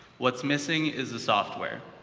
what's missing is the software.